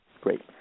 Great